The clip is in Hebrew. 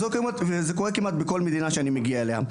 וזה קורה כמעט בכל מדינה שאני מגיע אליה.